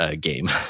game